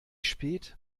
spät